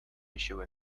issue